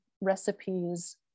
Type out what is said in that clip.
recipes